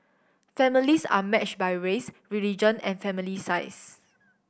families are matched by race religion and family size